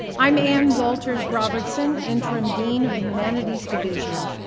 i'm anne walters robertson, interim dean of the humanities division,